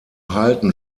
halten